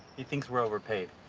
he thinks we're overpaid.